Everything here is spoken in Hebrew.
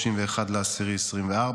31 באוקטובר 2024,